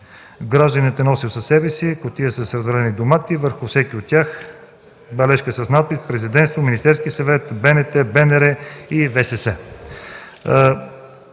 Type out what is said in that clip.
Гражданинът е носел със себе си кутия с развалени домати, върху всеки от тях – бележка с надпис „Президентство”, „Министерски съвет”, „БНТ”, „БНР” и „ВСС”.